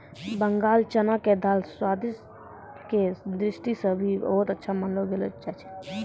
बंगाल चना के दाल स्वाद के दृष्टि सॅ भी बहुत अच्छा मानलो जाय छै